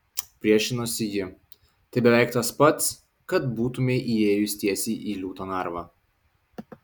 priešinosi ji tai beveik tas pats kad būtumei įėjus tiesiai į liūto narvą